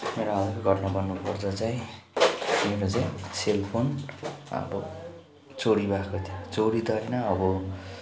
मेरो हालको घटना भन्नु पर्दा चाहिँ मेरो चाहिँ सेल फोन अब चोरी भएको थियो चोरी त होइन अब